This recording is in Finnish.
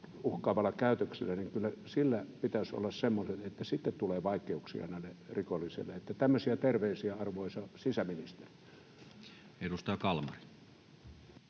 uhkaavassa käytöksessä pitäisi olla niin, että sitten tulee vaikeuksia näille rikollisille. — Tämmöisiä terveisiä, arvoisa sisäministeri. Edustaja Kalmari.